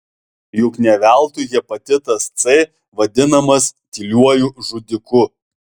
juk ne veltui hepatitas c vadinamas tyliuoju žudiku